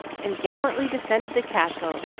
and gallantly defended the castle,